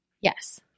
Yes